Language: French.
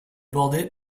bordée